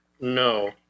No